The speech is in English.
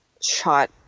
shot